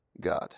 God